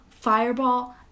Fireball